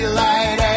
light